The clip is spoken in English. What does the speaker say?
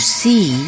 see